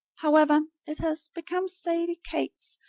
however, it has become sadie kate's